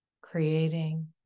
creating